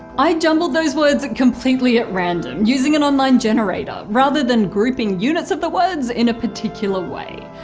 i jumbled those words completely at random using an online generator, rather than grouping units of the words in a particular way.